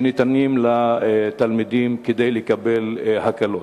שניתנים לתלמידים כדי לקבל הקלות.